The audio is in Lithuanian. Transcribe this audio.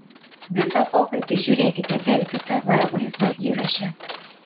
visą pokalbį žiūrėkite delfi tv vaizdo įraše